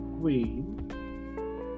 queen